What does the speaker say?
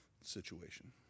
situation